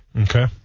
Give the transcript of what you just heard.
Okay